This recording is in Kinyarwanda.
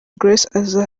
grace